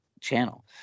channel